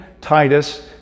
Titus